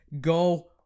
go